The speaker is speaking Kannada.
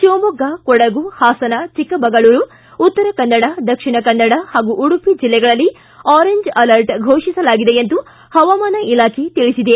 ಶಿವಮೊಗ್ಗ ಕೊಡಗು ಹಾಸನ ಚಿಕ್ಕಮಗಳೂರು ಉತ್ತರ ಕನ್ನಡ ದಕ್ಷಿಣ ಕನ್ನಡ ಹಾಗೂ ಉಡುಪಿ ಜಿಲ್ಲೆಗಳಲ್ಲಿ ಆರೆಂಜ್ ಅಲರ್ಟ್ ಘೋಷಿಸಲಾಗಿದೆ ಎಂದು ಹವಾಮಾನ ಇಲಾಖೆ ತಿಳಿಸಿದೆ